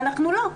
ואנחנו לא.